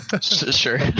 sure